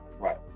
Right